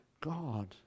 God